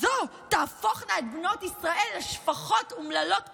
הזו, תהפוך את בנות ישראל לשפחות אומללות כולן.